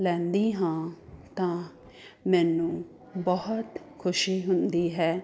ਲੈਂਦੀ ਹਾਂ ਤਾਂ ਮੈਨੂੰ ਬਹੁਤ ਖੁਸ਼ੀ ਹੁੰਦੀ ਹੈ